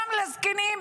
גם לזקנים,